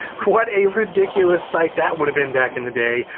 what a ridiculous sight that would've been back in the day.